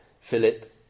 Philip